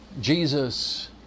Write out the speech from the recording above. Jesus